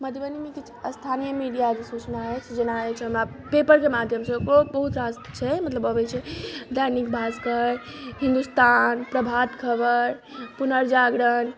मधुबनी मे किछु स्थानीय मीडिया जे सूचना अछि जेना अछि हमरा पेपर के माध्यम सँ ओकरो बहुत रास छै मतलब अबै छै दैनिक भास्कर हिन्दुस्तान प्रभात खबर पुनर्जागरण